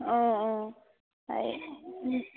অঁ অঁ হেৰি